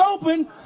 open